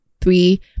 three